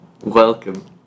Welcome